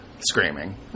screaming